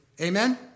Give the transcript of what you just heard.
Amen